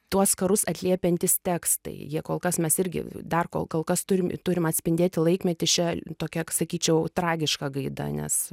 tuos karus atliepiantys tekstai jie kol kas mes irgi dar kol kol kas turim turim atspindėti laikmetį šia tokia sakyčiau tragiška gaida nes